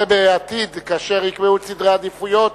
זה בעתיד, כאשר יקבעו את סדרי העדיפויות.